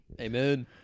Amen